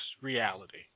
reality